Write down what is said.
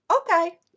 Okay